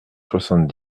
soixante